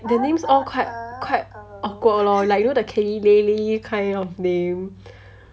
their names all quite quite awkward lor like you know the kelly lallie kind of name